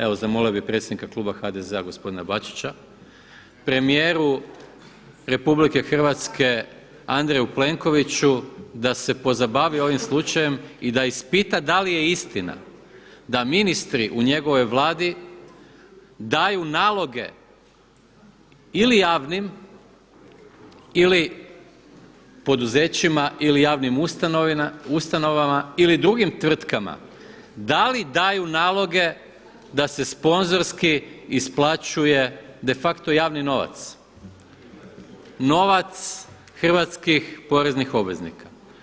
Evo zamolio bih predsjednika kluba HDZ-a gospodina Bačića, premijeru Republike Hrvatske Andreju Plenkoviću da se pozabavi ovim slučajem i da ispita da li je istina da ministri u njegovoj Vladi daju naloge ili javnim ili poduzećima ili javnim ustanovama ili drugim tvrtkama, da li daju naloge da se sponzorski isplaćuje de facto javni novac, novac hrvatskih poreznih obveznika.